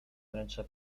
wręczę